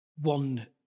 one